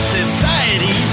society